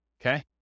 Okay